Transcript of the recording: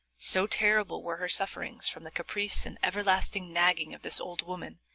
so terrible were her sufferings from the caprice and everlasting nagging of this old woman,